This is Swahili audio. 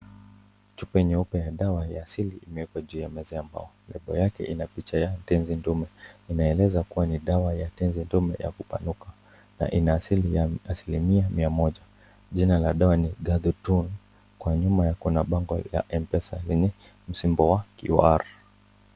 Chupa nyeupe ya dawa ya asili imewekwa juu ya meza ya mbao label yake ina picha ya tenzi ndume inaeleza kuwa ni dawa ya tenzi dume ya kupanuka na ina asili ya asilimia mia moja jina la dawa ni gathutrune nyuma kuna bango ya mpesa msimbo wa QR .